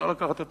צריך לקחת את